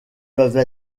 peuvent